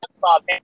Bob